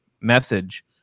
message